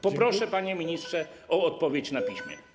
Poproszę, panie ministrze, o odpowiedź na piśmie.